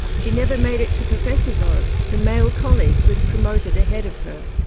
she never made it to professor though her male colleague was promoted ahead of her.